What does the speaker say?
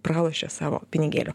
pralošė savo pinigėlių